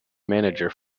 manager